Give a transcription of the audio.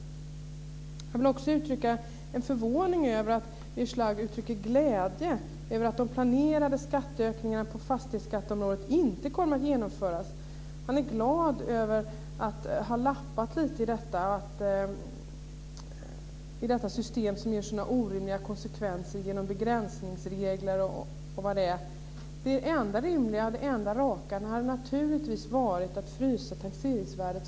Jag vill också uttrycka en förvåning över att Birger Schlaug uttrycker glädje över att de planerade skatteökningarna på fastighetsskatteområdet inte kommer att genomföras. Han är glad över att ha lappat lite i detta system som ger sådana orimliga konsekvenser genom begränsningsregler osv. Det enda rimliga och raka hade naturligtvis varit att frysa taxeringsvärdena.